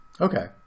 Okay